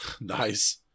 Nice